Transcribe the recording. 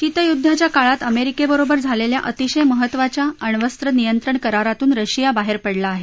शीतयुद्वाच्या काळात अमेरिकेबरोबर झालेल्या अतिशय महत्त्वाच्या अण्वस्त्र नियंत्रण करारातून रशिया बाहेर पडला आहे